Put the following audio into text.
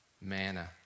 manna